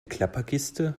klapperkiste